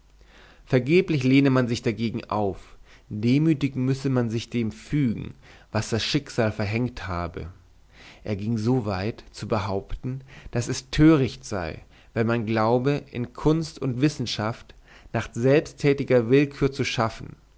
vergeblich lehne man sich dagegen auf demütig müsse man sich dem fügen was das schicksal verhängt habe er ging so weit zu behaupten daß es töricht sei wenn man glaube in kunst und wissenschaft nach selbsttätiger willkür zu schaffen